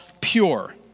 pure